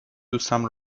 دوستم